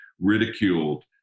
ridiculed